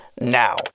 now